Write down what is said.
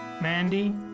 Mandy